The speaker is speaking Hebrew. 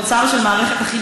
תוצר של מערכת החינוך,